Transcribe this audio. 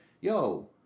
yo